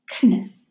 Goodness